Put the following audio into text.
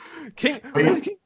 King